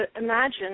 imagine